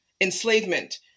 enslavement